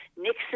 nixon